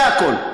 זה הכול.